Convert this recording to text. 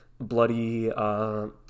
bloody